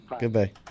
goodbye